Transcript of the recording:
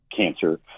cancer